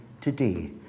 today